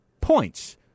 points